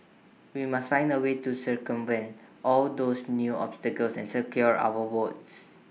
we must find A way to circumvent all those new obstacles and secure our votes